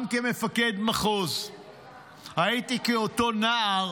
גם כמפקד מחוז הייתי כאותו נער